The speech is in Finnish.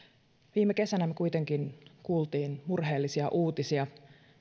viime kesänä me kuitenkin kuulimme murheellisia uutisia